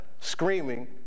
screaming